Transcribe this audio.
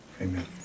Amen